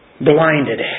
Blinded